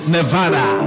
Nevada